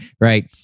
Right